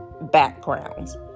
backgrounds